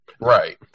Right